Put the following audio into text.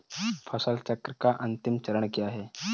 फसल चक्र का अंतिम चरण क्या है?